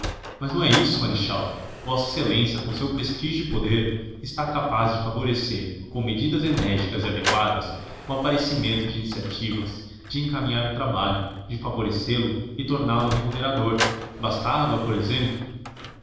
mas não é isso marechal vossa excelência com o seu prestígio e poder está capaz de favorecer com medidas enérgicas e adequadas o aparecimento de iniciativas de encaminhar o trabalho de favorecê lo e torná-lo remunerador bastava por exemplo